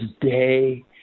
Day